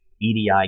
edi